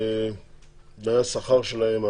תנאי השכר שלהם,